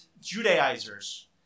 Judaizers